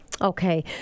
Okay